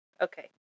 Okay